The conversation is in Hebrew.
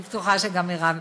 אני בטוחה שגם מרב.